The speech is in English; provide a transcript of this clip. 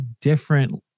different